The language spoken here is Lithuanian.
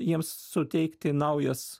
jiems suteikti naujas